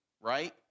right